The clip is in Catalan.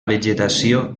vegetació